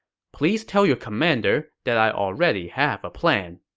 please tell your commander that i already have a plan.